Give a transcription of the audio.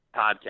podcast